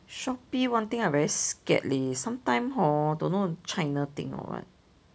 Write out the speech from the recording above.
Shopee one thing I very scared leh sometimes hor don't know china thing or what